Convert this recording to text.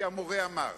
כי המורה אמר.